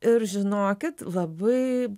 ir žinokit labai